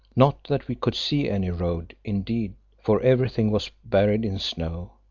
not that we could see any road, indeed, for everything was buried in snow.